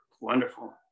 wonderful